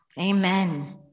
amen